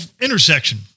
intersection